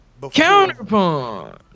Counterpunch